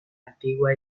antigua